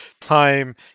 time